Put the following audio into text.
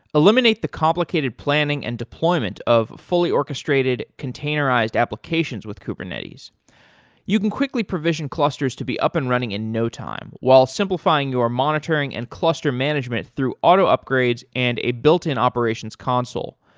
eliminate the complicated planning and deployment of fully orchestrated containerized applications with kubernetes you can quickly provision clusters to be up and running in no time, while simplifying your monitoring and cluster management through auto upgrades and a built-in operations console.